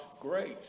grace